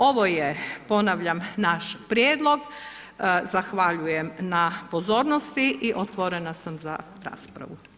Ovo je ponavljam naš prijedlog, zahvaljujem na pozornosti i otvorena sam za raspravu.